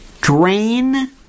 Drain